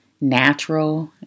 natural